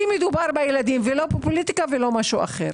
מדובר בילדים ולא בפוליטיקה ולא במשהו אחר.